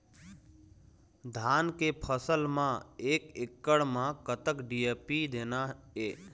धान के फसल म एक एकड़ म कतक डी.ए.पी देना ये?